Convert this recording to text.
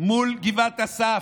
מול גבעת אסף,